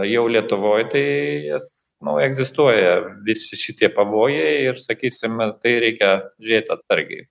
jau lietuvoj tai jas nu egzistuoja visi šitie pavojai ir sakysim į tai reikia žiūrėt atsargiai